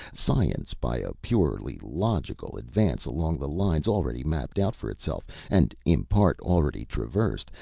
science, by a purely logical advance along the lines already mapped out for itself, and in part already traversed,